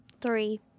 Three